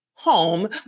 home